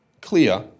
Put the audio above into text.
clear